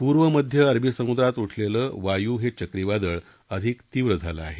पूर्व मध्य अरवी समुद्रात उठलेलं वायू हे चक्रीवादळ आधिक तीव्र झालं आहे